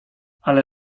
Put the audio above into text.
ale